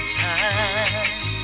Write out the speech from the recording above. time